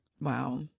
Wow